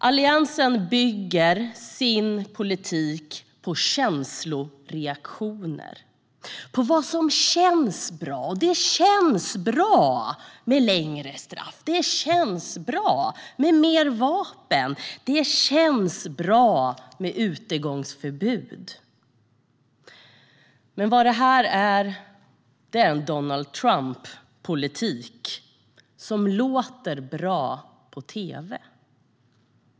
Alliansen bygger sin politik på känsloreaktioner, på vad som känns bra. Och det känns bra med längre straff, det känns bra med mer vapen och det känns bra med utegångsförbud. Men vad det här är, det är en Donald Trump-politik som låter bra på tv.